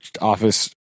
office